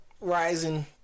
rising